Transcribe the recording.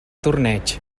torneig